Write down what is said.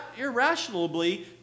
irrationally